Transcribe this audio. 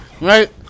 right